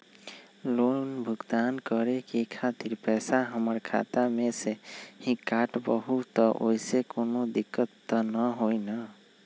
Loan भुगतान करे के खातिर पैसा हमर खाता में से ही काटबहु त ओसे कौनो दिक्कत त न होई न?